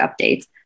updates